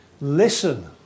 Listen